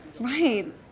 Right